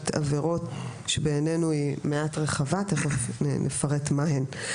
עבירות עבירה שבעינינו היא מעט רחבה ותיכף נפרט מה הן.